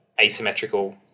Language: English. asymmetrical